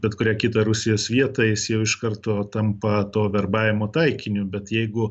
bet kurią kitą rusijos vietą jis jau iš karto tampa to verbavimo taikiniu bet jeigu